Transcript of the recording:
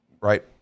right